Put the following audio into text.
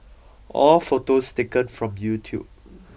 all photos taken from YouTube